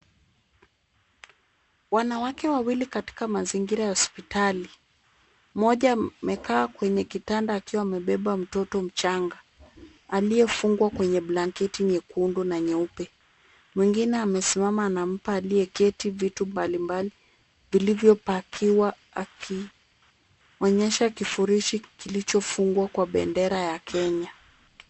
Wanawake wawili katika mazingira ya hospitali, mmoja amekaa kwenye kitanda akiwa amebeba mtoto mchanga aliyefungwa kwenye blanketi nyekundu na nyeupe. Mwingine amesimama anampa aliyeketi vitu mbalimbali vilivyopakiwa akionyesha kifurushi kilichofungwa kwa bendera ya kenya.